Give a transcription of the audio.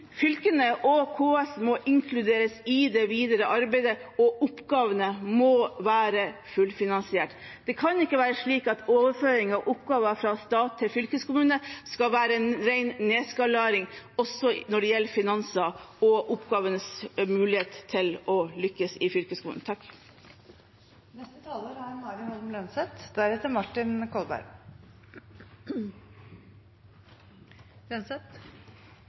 Fylkene og KS må inkluderes i det videre arbeidet, og oppgavene må være fullfinansiert. Det kan ikke være slik at overføring av oppgaver fra staten til fylkeskommunene skal være en ren nedskalering også når det gjelder finanser og oppgavenes mulighet til å lykkes i